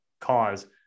cause